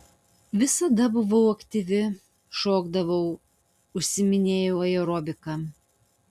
visada buvau aktyvi šokdavau užsiiminėjau aerobika